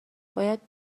باید